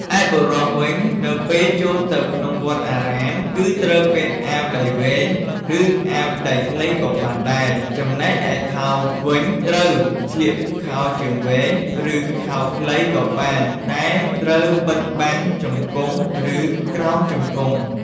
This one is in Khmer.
ឯបុរសវិញនៅពេលចូលទៅក្នុងវត្តអារាម គឺត្រូវពាក់អាវដៃវែង ឬអាវដៃខ្លីក៏បានដែរ ចំណែកឯខោវិញត្រូវស្លៀកខោជើងវែង ឬខោខ្លីក៏បានតែត្រូវបិទបាំងជង្គុងឬក្រោមជង្គុង។